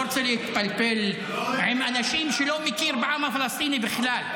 אני לא רוצה להתפלפל עם אנשים שלא מכירים בעם הפלסטיני בכלל.